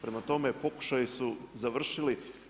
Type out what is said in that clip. Prema tome, pokušaji su završili.